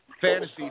Fantasy